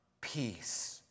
peace